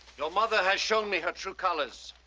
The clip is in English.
your mother has shown me her true colors.